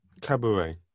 cabaret